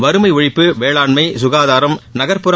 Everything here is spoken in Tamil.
வறுமை ஒழிப்பு வேளாண்மை ககாதாரம் நக்புற